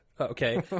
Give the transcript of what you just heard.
okay